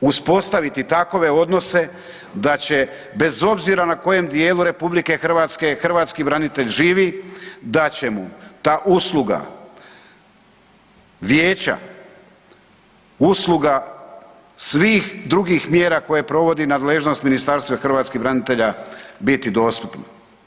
uspostaviti takve odnose da će bez obzira na kojem djelu RH, hrvatski branitelj živi, da će ta usluga vijeća, usluga svih drugih mjera koje provodi nadležnost Ministarstvo hrvatskih branitelja biti dostupno.